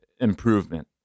improvement